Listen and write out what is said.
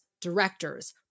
directors